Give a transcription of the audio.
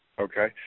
Okay